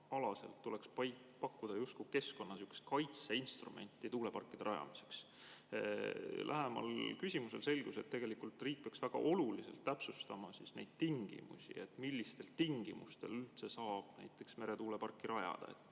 tuleks pakkuda justkui keskkonnakaitseinstrumenti tuuleparkide rajamiseks. Lähemal küsimisel selgus, et riik peaks väga oluliselt täpsustama, millistel tingimustel üldse saab näiteks meretuuleparki rajada.